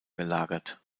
gelagert